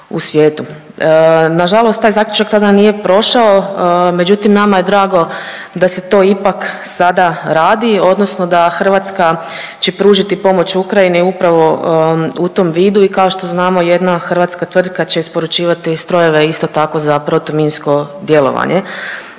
Nažalost taj zaključak tada nije prošao, međutim nama je drago da se to ipak sada radi odnosno da Hrvatska će pružiti pomoć Ukrajini upravo u tom vidu i kao što znamo jedna hrvatska tvrtka će isporučivati strojeve isto tako za protuminsko djelovanje.